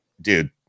dude